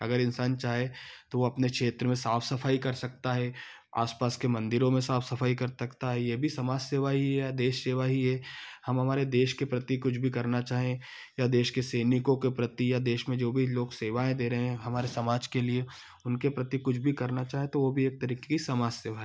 अगर इंसान चाहे तो वो अपने क्षेत्र में साफ सफाई कर सकता है आसपास के मंदिरों में साफ सफाई कर सकता है ये भी समाज सेवा ही है देश सेवा ही है हम हमारे देश के प्रति कुछ भी करना चाहें या देश के सैनिको के प्रति या देश में जो भी लोग सेवाएँ दे रहें हैं हमारे समाज के लिए उनके प्रति कुछ भी करना चाहें तो वो भी एक तरीके की समाज सेवा है